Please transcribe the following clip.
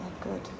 Good